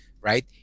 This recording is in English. right